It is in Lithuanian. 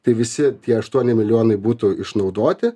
tai visi tie aštuoni milijonai būtų išnaudoti